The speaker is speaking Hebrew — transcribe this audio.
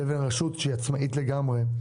לבין רשות שהיא עצמאית לגמרי.